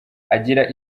agira